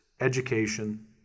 education